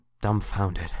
dumbfounded